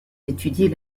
d’étudier